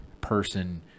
person